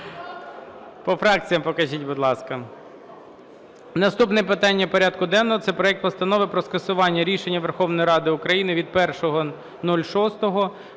По фракціям покажіть, будь ласка.